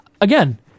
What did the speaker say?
again